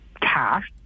cash